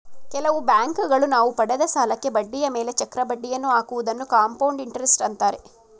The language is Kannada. ಕೆಲವು ಬ್ಯಾಂಕುಗಳು ನಾವು ಪಡೆದ ಸಾಲಕ್ಕೆ ಬಡ್ಡಿಯ ಮೇಲೆ ಚಕ್ರ ಬಡ್ಡಿಯನ್ನು ಹಾಕುವುದನ್ನು ಕಂಪೌಂಡ್ ಇಂಟರೆಸ್ಟ್ ಅಂತಾರೆ